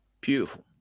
Beautiful